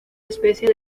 especie